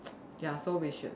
ya so we should